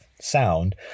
sound